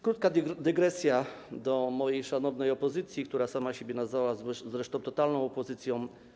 Krótka dygresja do mojej szanownej opozycji, która sama siebie nazwała zresztą totalną opozycją.